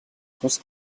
цус